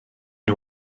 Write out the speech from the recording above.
nhw